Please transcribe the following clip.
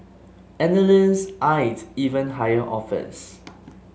analysts eyed even higher offers